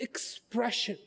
expression